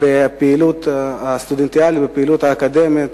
בפעילות הסטודנטיאלית, בפעילות האקדמית,